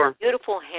beautiful